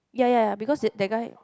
ya ya ya because that that guy